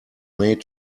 made